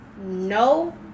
no